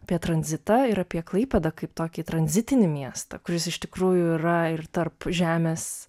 apie tranzitą ir apie klaipėdą kaip tokį tranzitinį miestą kuris iš tikrųjų yra ir tarp žemės